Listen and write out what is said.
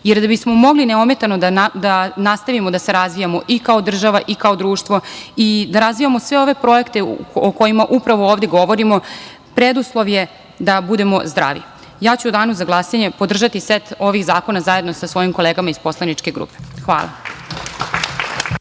jer da bismo mogli neometano da nastavimo da se razvijamo i kao država i kao društvo, i da razvijamo sve ove projekte o kojima upravo ovde govorimo, preduslov je da budemo zdravi. Ja ću u danu za glasanje podržati set ovih zakona, zajedno sa svojim kolegama iz poslaničke grupe SNS.